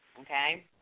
Okay